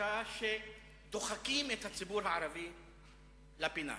הרגשה שדוחקים את הציבור הערבי לפינה.